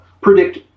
predict